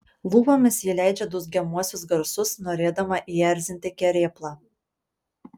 lūpomis ji leidžia dūzgiamuosius garsus norėdama įerzinti kerėplą